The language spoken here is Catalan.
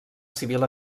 civil